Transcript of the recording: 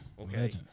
Okay